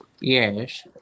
Yes